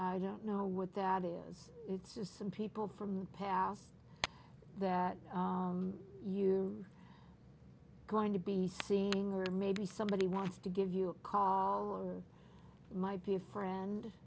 i don't know what that is it's just some people from past that you are going to be seeing or maybe somebody wants to give you a call or my be a friend